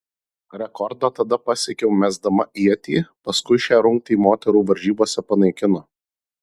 rekordą tada pasiekiau mesdama ietį paskui šią rungtį moterų varžybose panaikino